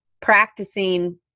practicing